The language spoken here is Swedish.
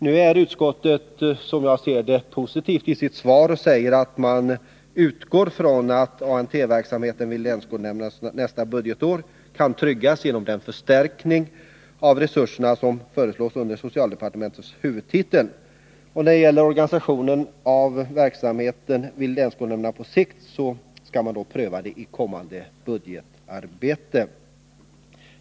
Nu är utskottet, enligt min mening, positivt och skriver bl.a.: ”Utskottet utgår från att ANT-kontaktverksamheten vid länsskolnämnderna nästa budgetår kan tryggas genom den förstärkning av resurserna som föreslås under socialdepartementets huvudtitel.” När det gäller frågan hur organisationen av denna verksamhet vid länsskolnämnderna skall lösas på sikt får det bli en prövning i kommande års budgetarbete.